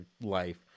life